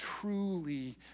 truly